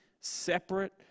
separate